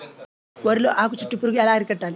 వరిలో ఆకు చుట్టూ పురుగు ఎలా అరికట్టాలి?